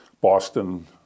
Boston